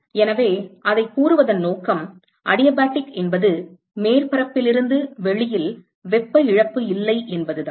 எனவே அதை கூறுவதன் நோக்கம் அடியாபாடிக் என்பது மேற்பரப்பிலிருந்து வெளியில் வெப்ப இழப்பு இல்லை என்பதுதான்